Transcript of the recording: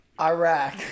Iraq